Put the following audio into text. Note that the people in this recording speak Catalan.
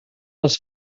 les